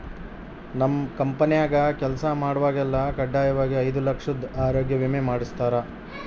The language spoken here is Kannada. ನಮ್ ಕಂಪೆನ್ಯಾಗ ಕೆಲ್ಸ ಮಾಡ್ವಾಗೆಲ್ಲ ಖಡ್ಡಾಯಾಗಿ ಐದು ಲಕ್ಷುದ್ ಆರೋಗ್ಯ ವಿಮೆ ಮಾಡುಸ್ತಾರ